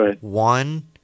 one